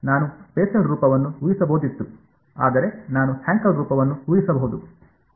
ನಾನು ಬೆಸೆಲ್ ರೂಪವನ್ನು ಊಹಿಸಬಹುದಿತ್ತು ಆದರೆ ನಾನು ಹ್ಯಾಂಕೆಲ್ ರೂಪವನ್ನು ಊಹಿಸಬಹುದು